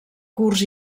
curs